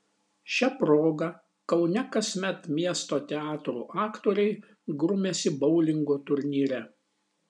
šia proga kaune kasmet miesto teatrų aktoriai grumiasi boulingo turnyre